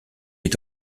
est